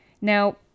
Now